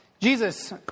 Jesus